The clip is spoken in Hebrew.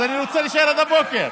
אז אני רוצה להישאר עד הבוקר.